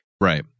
Right